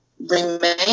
remain